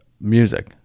music